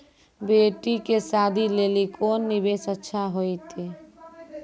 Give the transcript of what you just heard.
बेटी के शादी लेली कोंन निवेश अच्छा होइतै?